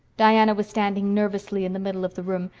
diana was standing nervously in the middle of the room,